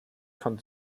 von